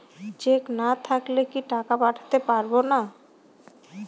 Check না থাকলে কি টাকা পাঠাতে পারবো না?